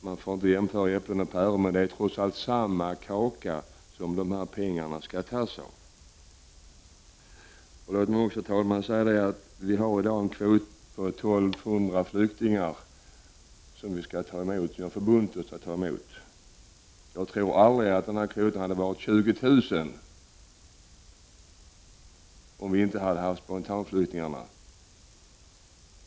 Man får inte jämföra äpplen och päron, brukar det heta, men det är trots allt samma kaka som skall fördelas. Herr talman! Vi har i dag en kvot på 1 200 flyktingar som vi har förbundit oss att ta emot. Jag tror aldrig att den kvoten hade varit 20 000, om vi inte hade haft spontanflyktingarna.